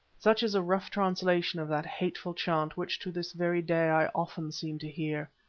such is a rough translation of that hateful chant which to this very day i often seem to hear.